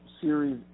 Series